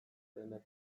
plenarioan